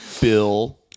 Bill